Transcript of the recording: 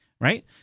Right